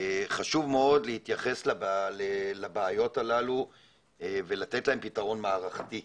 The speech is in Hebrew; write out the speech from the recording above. חשוב מאוד להתייחס לבעיות הללו ולתת להן פתרון מערכתי.